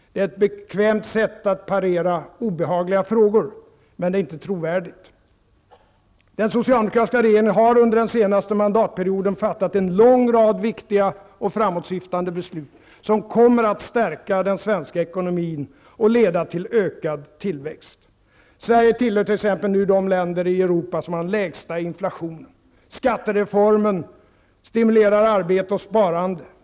Det är ett bekvämt sätt att parera obehagliga frågor, men det är inte trovärdigt. Den socialdemokratiska regeringen har under den senaste mandatperioden fattat en lång rad viktiga och framåtsyftande beslut, som kommer att stärka den svenska ekonomin och leda till ökad tillväxt. Sverige tillhör nu de länder i Europa som har den lägsta inflationen. Skattereformen stimulerar arbete och sparande.